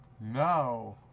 no